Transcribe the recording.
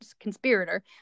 conspirator